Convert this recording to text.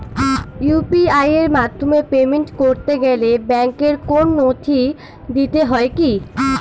UPI এর মাধ্যমে payment করতে গেলে ব্যাংকের কোন নথি দিতে হয় কি?